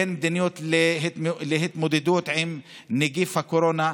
אין מדיניות להתמודדות עם נגיף הקורונה,